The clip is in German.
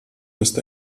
ist